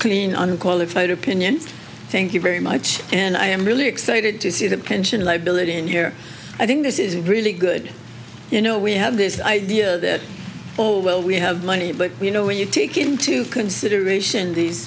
clean unqualified opinion thank you very much and i am really excited to see the pension liability and here i think this is really good you know we have this idea that although we have money but you know when you take into consideration these